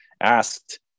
asked